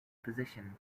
position